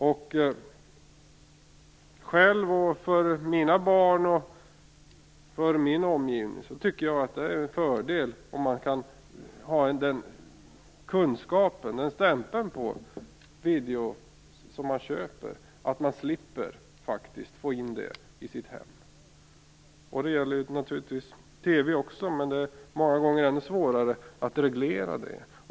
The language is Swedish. För min egen skull, för mina barns skull och för min omgivnings skull tycker jag att det vore en fördel om man kunde få den kunskapen om och den stämpeln på videofilmer som man köper, så att man faktiskt slipper få in våldet i sitt hem. Det gäller naturligtvis också TV, men det är många gånger ändå svårare att reglera det.